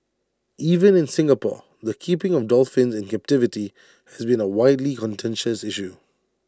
even in Singapore the keeping of dolphins in captivity has been A widely contentious issue